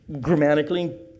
grammatically